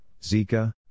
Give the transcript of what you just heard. Zika